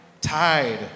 tied